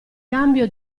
cambio